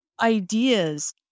ideas